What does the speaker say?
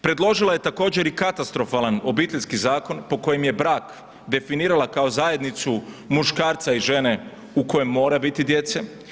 Predložila je također i katastrofalan obiteljski zakon, po kojem je brak definirala kao zajednicu muškarca i žene u kojem mora biti djece.